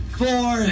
four